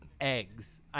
eggs